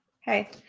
Hey